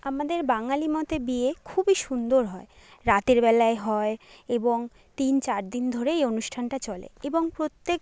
আমাদের বাঙালি মতে বিয়ে খুবই সুন্দর হয় রাতের বেলায় হয় এবং তিন চার দিন ধরে এই অনুষ্ঠানটা চলে এবং প্রত্যেক